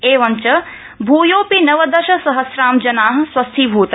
एवञ्च भूयोऽपि नवदशसहम्रां जना स्वस्थीभूता